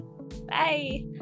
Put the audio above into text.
Bye